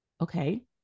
Okay